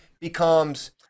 becomes